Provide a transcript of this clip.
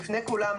בפני כולם,